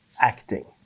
acting